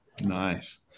Nice